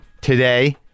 today